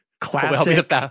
Classic